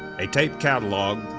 a tape catalog,